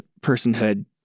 personhood